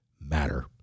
matter